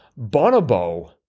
Bonobo